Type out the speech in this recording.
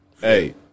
Hey